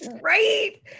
right